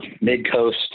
mid-coast